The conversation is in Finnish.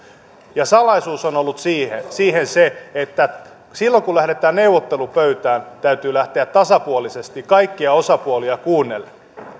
ja salaisuus on ollut siinä se että silloin kun lähdetään neuvottelupöytään täytyy lähteä tasapuolisesti kaikkia osapuolia kuunnellen